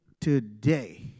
Today